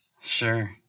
Sure